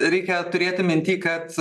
reikia turėti minty kad